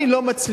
אני לא מצליח.